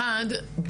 אחד,